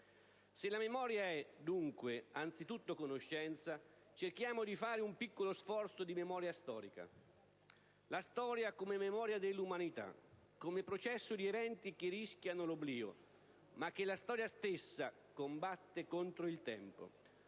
Se la memoria è, dunque, anzitutto conoscenza, cerchiamo di fare un piccolo sforzo di memoria storica. La storia come memoria dell'umanità, come processo di eventi che rischiano l'oblio, ma che la storia stessa combatte contro il tempo,